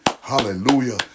Hallelujah